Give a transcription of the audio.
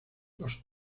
los